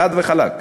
חד וחלק.